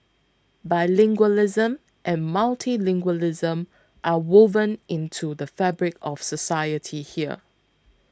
bilingualism and multilingualism are woven into the fabric of society here